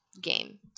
game